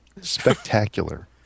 Spectacular